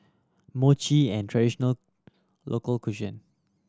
mochi an traditional local